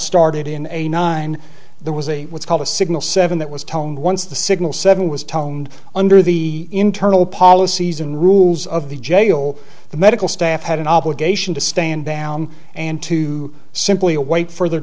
started in eighty nine there was a what's called a signal seven that was tone once the signal seven was toned under the internal policies and rules of the jail the medical staff had an obligation to stand down and to simply await further